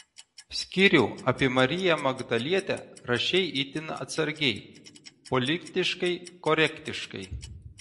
skyrių apie mariją magdalietę rašei itin atsargiai politiškai korektiškai